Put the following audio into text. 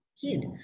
kid